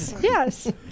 yes